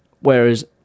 Whereas